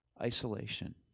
isolation